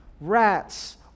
rats